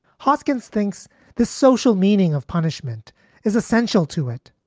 hoskins thinks the social meaning of punishment is essential to it.